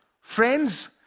friends